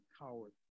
Coward